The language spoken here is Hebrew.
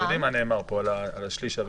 אתם יודעים מה נאמר פה על השליש הראשון?